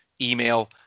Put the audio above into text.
email